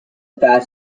fast